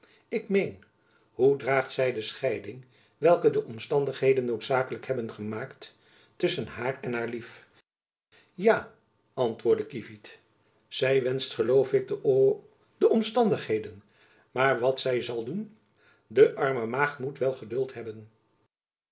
ik meen hoe draagt zy de scheiding welke de omstandigheden noodzakelijk hebben gemaakt tusschen haar en haar lief ja antwoordde kievit zy verwenscht geloof ik den oo de omstandigheden maar wat zy zal doen de arme maagd moet wel geduld hebben